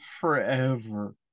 forever